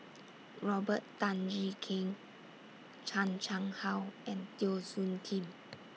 Robert Tan Jee Keng Chan Chang How and Teo Soon Kim